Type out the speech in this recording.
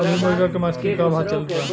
अभी मुर्गा के मांस के का भाव चलत बा?